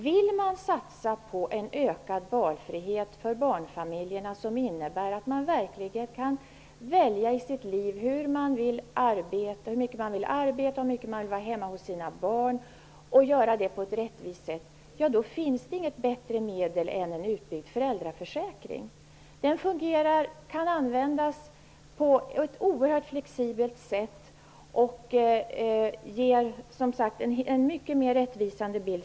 Om man vill satsa på en ökad valfrihet för barnfamiljerna som innebär att de skall kunna välja hur mycket de vill arbeta och hur mycket de vill vara hemma hos sina barn, och om man vill göra det på ett rättvist sätt -- ja, då finns det inget bättre medel än en utbyggd föräldraförsäkring. Den kan användas på ett oerhört flexibelt sätt och ger, som sagt, mycket mer rättvisa.